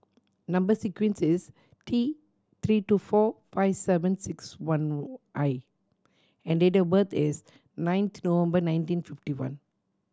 number sequence is T Three two four five seven six one I and date of birth is nine November nineteen fifty one